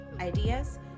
ideas